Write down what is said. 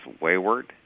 wayward